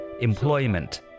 employment